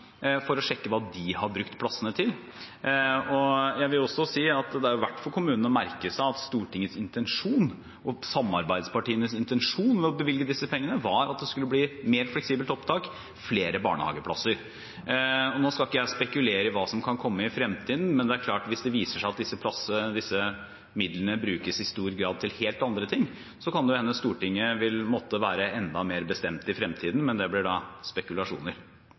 for å sjekke hva de har brukt pengene til. Jeg vil også si at det er verdt for kommunene å merke seg at Stortingets intensjon, og samarbeidspartienes intensjon, ved å bevilge disse pengene var at det skulle bli mer fleksibelt opptak, flere barnehageplasser. Nå skal ikke jeg spekulere på hva som kan komme i fremtiden, men det er klart at hvis det viser seg at disse midlene i stor grad brukes til helt andre ting, kan det hende Stortinget vil måtte være enda mer bestemt i fremtiden. Men det blir da spekulasjoner.